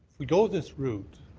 we go this route,